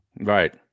Right